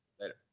Later